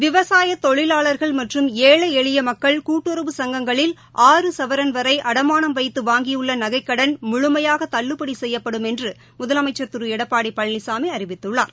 விவசாயதொழிலாளர்கள் மற்றம் ஏழைஎளியமக்கள் கூட்டுறவு சங்கங்களில் ஆறு சவரன் வரைஅடமானம் வைத்துவாங்கியுள்ளநகைக்கடன் முழுமையாகதள்ளுபடிசெய்யப்படும் என்றுமுதலமைச்சர் திருஎடப்பாடிபழனிசாமிஅறிவித்துள்ளார்